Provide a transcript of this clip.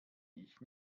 ich